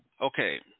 okay